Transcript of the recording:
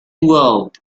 world